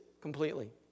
completely